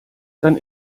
dann